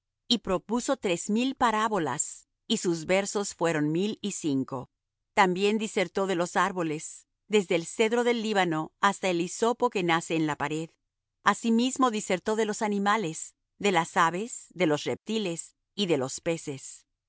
y propuso tres mil parábolas y sus versos fueron mil y cinco también disertó de los árboles desde el cedro del líbano hasta el hisopo que nace en la pared asimismo disertó de los animales de las aves de los reptiles y de los peces